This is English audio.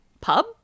pub